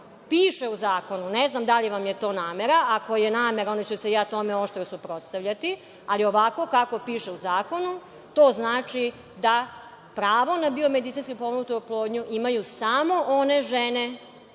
piše u zakonu, ne znam da li vam je to namera, ako je namera, onda ću se ja tome oštro suprotstavljati, ali ovako kako piše u zakonu, to znači da pravo na biomedicinski potpomognutu oplodnju imaju samo one žene